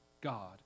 God